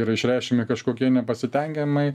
yra išreiškiami kažkokie nepasitenkinimai